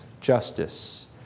justice